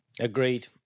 Agreed